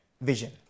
vision